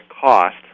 cost